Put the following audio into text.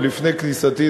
עוד לפני כניסתי,